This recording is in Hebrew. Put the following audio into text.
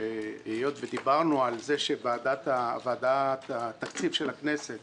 שהיות ודיברנו על זה שוועדת התקציב של הכנסת